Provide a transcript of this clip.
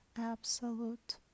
absolute